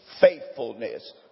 faithfulness